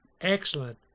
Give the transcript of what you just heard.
excellent